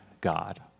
God